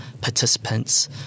participants